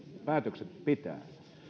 päätökset pitävät